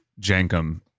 Jankum